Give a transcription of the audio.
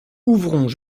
ouvrons